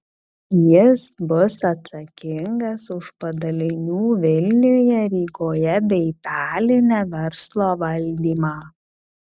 jis bus atsakingas už padalinių vilniuje rygoje bei taline verslo valdymą